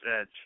Edge